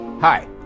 Hi